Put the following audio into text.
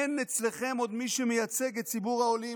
אין אצלכם עוד מי שמייצג את ציבור העולים,